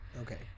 Okay